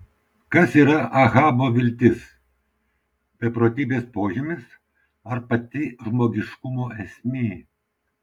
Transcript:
kas yra ahabo viltis beprotybės požymis ar pati žmogiškumo esmė